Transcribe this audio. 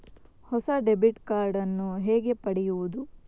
ಹೊಸ debit card ನ್ನು ಹೇಗೆ ಪಡೆಯುದು?